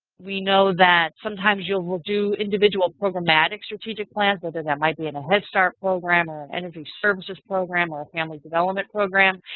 we know that sometimes you will will do individual programmatic strategic plans, whether and that might be and a head-start program or an energy services program or a family development program.